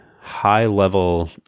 high-level